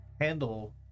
handle